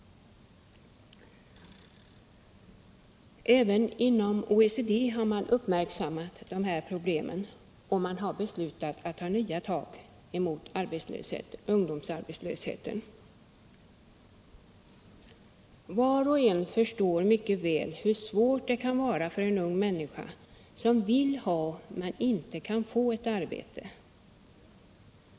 Även inom OECD har man uppmärksammat dessa problem och man har beslutat att ta nya tag mot ungdomsarbetslösheten. Var och en förstår mycket väl hur svårt det kan vara för en ung människa som vill ha men inte kan få ett arbete.